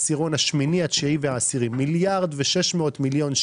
הטבות מס ------ בגיל 18-21. אתם